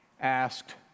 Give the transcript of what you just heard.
Asked